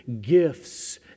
gifts